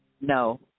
No